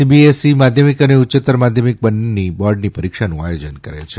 CBSE માધ્યમિક અને ઉચ્યત્તર માધ્યમિક બંન્નેની બોર્ડ પરીક્ષાનું આયોજન કરે છે